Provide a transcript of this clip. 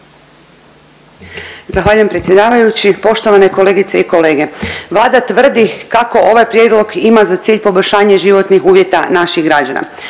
Zahvaljujem predsjedavajući. Poštovane kolegice i kolege, Vlada tvrdi kako ovaj prijedlog ima za cilj poboljšanje životnih uvjeta naših građana.